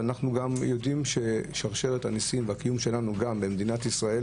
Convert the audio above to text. ואנחנו גם יודעים ששרשרת הניסים והקיום שלנו במדינת ישראל